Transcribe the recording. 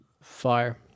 fire